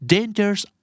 Dangers